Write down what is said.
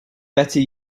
better